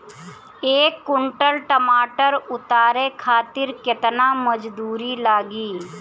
एक कुंटल टमाटर उतारे खातिर केतना मजदूरी लागी?